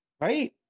Right